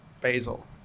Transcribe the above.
basil